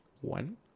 one